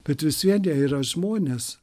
bet vis vien jie yra žmonės